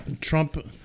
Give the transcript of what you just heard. Trump